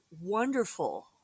wonderful